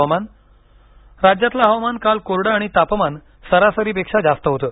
हवामान राज्यातलं हवामान काल कोरडं आणि तापमान सरासरीपेक्षा जास्त होतं